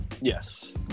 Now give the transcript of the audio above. Yes